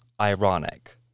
ironic